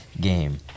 game